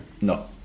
No